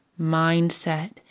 mindset